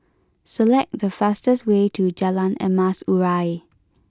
select the fastest way to Jalan Emas Urai